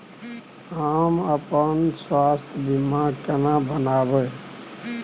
हम अपन स्वास्थ बीमा केना बनाबै?